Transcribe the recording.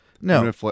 No